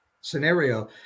scenario